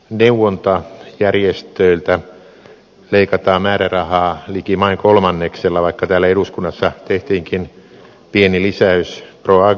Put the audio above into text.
maaseudun neuvontajärjestöiltä leikataan määrärahaa likimain kolmanneksella vaikka täällä eduskunnassa tehtiinkin pieni lisäys proagrialle